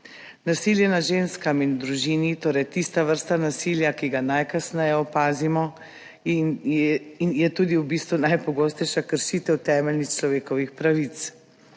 Nasilje nad ženskami in v družini je torej tista vrsta nasilja, ki jo najkasneje opazimo in je v bistvu tudi najpogostejša kršitev temeljnih človekovih pravic.